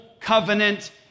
covenant